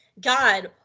God